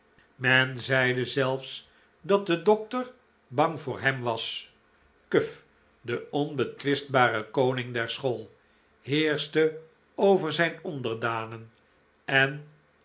men zeide zelfs dat de dokter bang voor hem was cuff de onbetwistbare koning der school heerschte over zijn onderdanen en